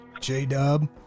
J-Dub